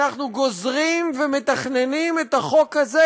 אנחנו גוזרים ומתכננים את החוק הזה